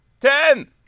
Ten